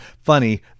Funny